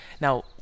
now